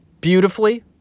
beautifully